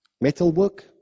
metalwork